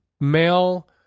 male